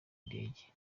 indege